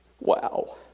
Wow